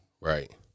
Right